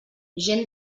gent